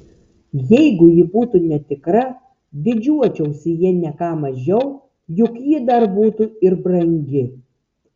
jeigu ji būtų netikra didžiuočiausi ja ne ką mažiau juk ji dar būtų ir brangi